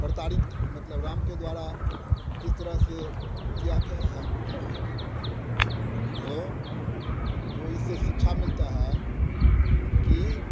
प्रसारित मतलब राम के द्वारा किस तरह से किया गया है जो जो इससे शिक्षा मिलती है कि